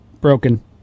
broken